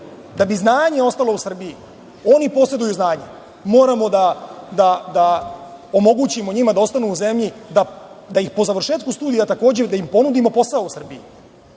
da bi znanje ostalo u Srbiji. Oni poseduju znanje. Moramo da omogućimo njima da ostanu u zemlji, da po završetku studija takođe da im ponudimo posao u Srbiji,